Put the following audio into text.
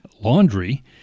laundry